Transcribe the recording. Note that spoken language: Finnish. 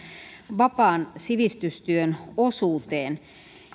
vapaan sivistystyön osuuteen